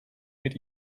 mit